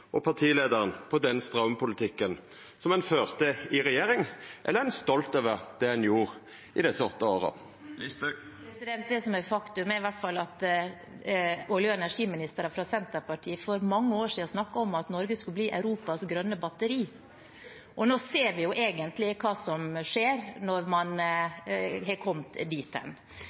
og partileiaren på den straumpolitikken som ein førte i regjering, eller er ein stolt over det ein gjorde i desse åtte åra? Det som er faktum, er i hvert fall at olje- og energiministere fra Senterpartiet for mange år siden snakket om at Norge skulle bli Europas grønne batteri. Nå ser vi egentlig hva som skjer når man har kommet dit